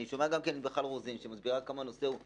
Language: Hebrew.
אני גם שומע ממיכל רוזין שמסבירה כמה הנושא הוא ביטחוני,